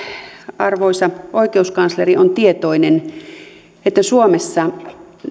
arvoisa oikeuskansleri on tietoinen että suomessa